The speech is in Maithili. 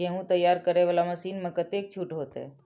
गेहूं तैयारी करे वाला मशीन में कतेक छूट होते?